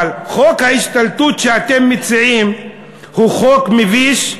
אבל חוק ההשתלטות שאתם מציעים הוא חוק מביש,